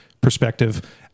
perspective